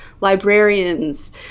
librarians